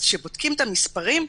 אז כשבודקים את המספרים,